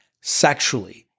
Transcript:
sexually